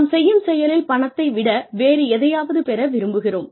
நாம் செய்யும் செயலில் பணத்தை விட வேறு எதையாவது பெற விரும்புகிறோம்